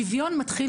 שוויון מתחיל